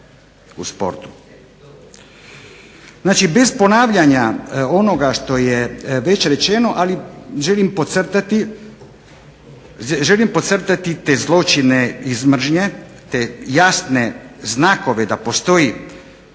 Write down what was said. Znači bez ponavljanja onoga što je već rečeno, ali želim podcrtati te zločine iz mržnje, te jasne znakove da postoji